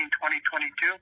2022